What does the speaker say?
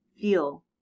feel